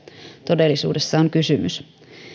todellisuudessa on kysymys